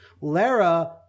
Lara